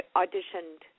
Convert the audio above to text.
auditioned